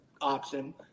option